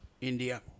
India